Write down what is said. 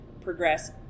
progress